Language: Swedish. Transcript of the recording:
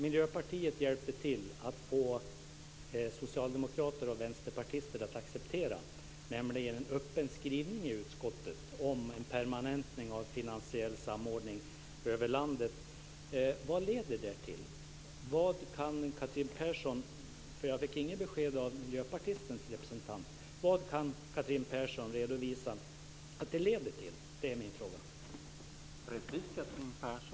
Miljöpartiet hjälpte till att få socialdemokrater och vänsterpartister att acceptera en öppen skrivning i utskottet om en permanentning av en finansiell samordning över landet. Vad leder det till? Jag fick inget besked om detta av Miljöpartiets representant. Vad kan Catherine Persson redovisa att det leder till? Det är min fråga.